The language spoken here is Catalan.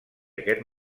aquest